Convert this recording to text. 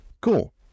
cool